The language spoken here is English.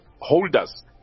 holders